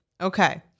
Okay